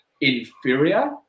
inferior